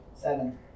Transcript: Seven